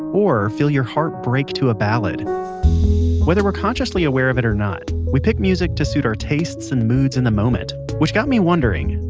or feel your heart break to a ballad whether we're consciously aware of it or not, we pick music to suit our tastes and moods in the moment which got me wondering,